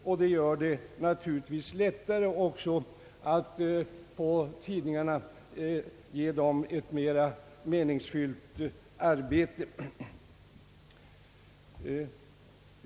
Därigenom blir det naturligtvis lättare att på tidningarna ge dem ett mera meningsfyllt arbete.